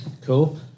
cool